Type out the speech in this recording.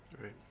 Right